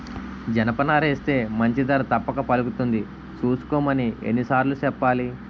జనపనారేస్తే మంచి ధర తప్పక పలుకుతుంది సూసుకోమని ఎన్ని సార్లు సెప్పాలి?